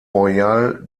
royal